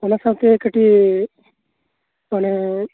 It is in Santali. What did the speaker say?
ᱟᱨ ᱚᱱᱟ ᱥᱟᱶᱛᱮ ᱠᱟᱹᱴᱤᱡ ᱢᱟᱱᱮ